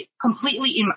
completely